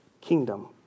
kingdom